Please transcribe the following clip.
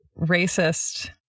racist